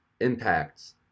impacts